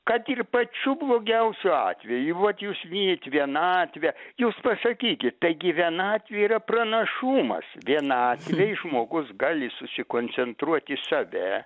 kad ir pačiu blogiausiu atveju vat jūs vyjat vienatvę jūs pasakykit tai gi vienatvė yra pranašumas vienatvėj žmogus gali susikoncentruot į save